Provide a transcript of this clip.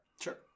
Sure